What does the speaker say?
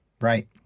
Right